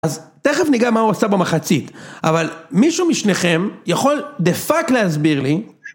אז תכף ניגע מה הוא עושה במחצית, אבל מישהו משניכם יכול, דה פאק, להסביר לי